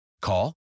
Call